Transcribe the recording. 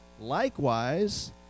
Likewise